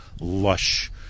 lush